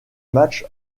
match